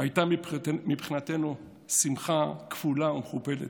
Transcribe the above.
זו הייתה מבחינתנו שמחה כפולה ומכופלת.